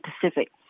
pacific